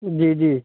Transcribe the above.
جی جی